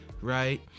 right